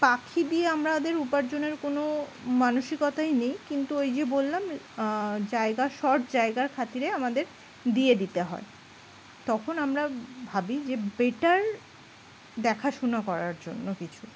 পাখি দিয়ে আমরাাদের উপার্জনের কোনো মানসিকতাই নেই কিন্তু ওই যে বললাম জায়গা শর্ট জায়গার খাতিরে আমাদের দিয়ে দিতে হয় তখন আমরা ভাবি যে বেটার দেখাশোনা করার জন্য কিছু